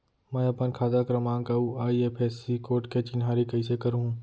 मैं अपन खाता क्रमाँक अऊ आई.एफ.एस.सी कोड के चिन्हारी कइसे करहूँ?